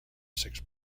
six